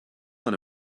want